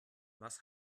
was